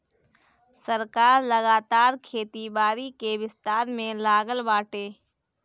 सरकार लगातार खेती बारी के विस्तार में लागल बाटे